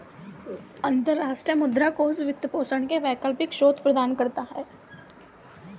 अंतर्राष्ट्रीय मुद्रा कोष वित्त पोषण के वैकल्पिक स्रोत प्रदान करता है